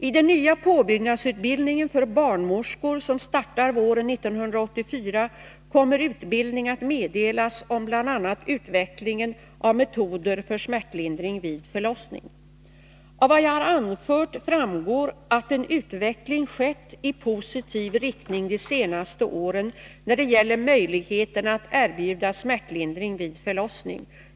I den nya påbyggnadsutbildningen för barnmorskor, som startar våren 1984, kommer utbildning att meddelas om bl.a. utvecklingen av metoder för smärtlindring vid förlossning. Av vad jag har anfört framgår att en utveckling skett i positiv riktning de senaste åren när det gäller möjligheterna att erbjuda smärtlindring vid förlossning.